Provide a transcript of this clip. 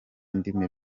indimi